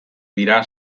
dira